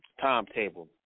timetable